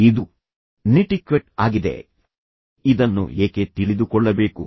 ಇದು ನೆಟಿಕ್ವೆಟ್ ಆಗಿದೆ ಇದನ್ನು ಏಕೆ ತಿಳಿದುಕೊಳ್ಳಬೇಕು